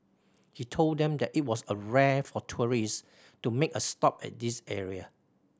he told them that it was a rare for tourists to make a stop at this area